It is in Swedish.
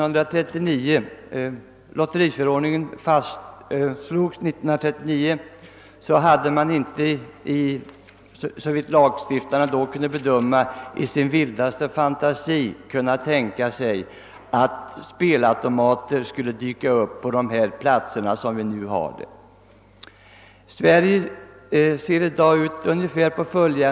När lotteriförordningen år 1939 fastställdes, kunde lagstiftarna inte ens i sin vildaste fantasi föreställa sig, att spelautomater skulle komma att dyka upp på de ställen där de nu förekommer.